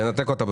תתביישו.